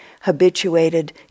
habituated